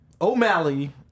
O'Malley